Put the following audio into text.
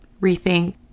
rethink